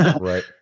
right